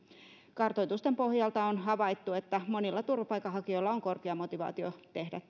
kartoitusten pohjalta on havaittu että monilla turvapaikanhakijoilla on korkea motivaatio tehdä